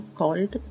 called